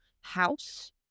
house